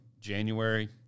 January